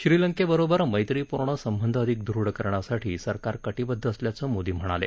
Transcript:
श्रीलंकेबरोबर मैत्रीपूर्ण संबध अधिक दृढ करण्यासाठी सरकार कटिबंध असल्याचं मोदी म्हणाले